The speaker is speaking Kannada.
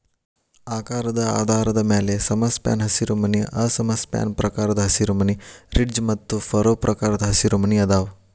ಆಕಾರದ ಆಧಾರದ ಮ್ಯಾಲೆ ಸಮಸ್ಪ್ಯಾನ್ ಹಸಿರುಮನಿ ಅಸಮ ಸ್ಪ್ಯಾನ್ ಪ್ರಕಾರದ ಹಸಿರುಮನಿ, ರಿಡ್ಜ್ ಮತ್ತು ಫರೋ ಪ್ರಕಾರದ ಹಸಿರುಮನಿ ಅದಾವ